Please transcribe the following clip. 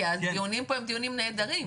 כי הדיונים פה הם דיונים נהדרים,